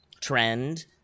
trend